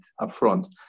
upfront